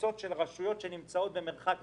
קבוצות של רשויות שנמצאות במרחק.